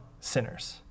sinners